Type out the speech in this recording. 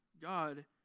god